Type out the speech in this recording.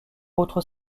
autres